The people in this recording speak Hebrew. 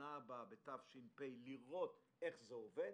בשנה הבאה, בתש"ף, לראות איך זה עובד,